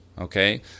Okay